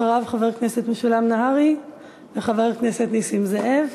אחריו, חבר הכנסת משולם נהרי וחבר הכנסת נסים זאב,